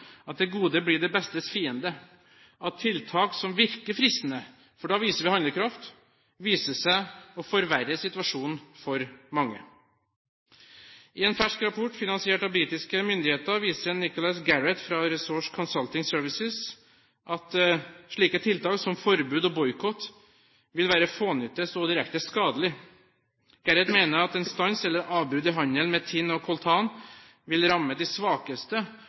at det gode blir det bestes fiende, at tiltak som virker fristende – for da viser vi handlekraft – viser seg å forverre situasjonen for mange. I en fersk rapport, finansiert av britiske myndigheter, viser Nicholas Garrett fra Resource Consulting Services at slike tiltak som forbud og boikott vil være fånyttes og direkte skadelige. Garrett mener at en stans eller avbrudd i handelen med tinn og coltan vil ramme de svakeste